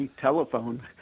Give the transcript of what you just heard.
telephone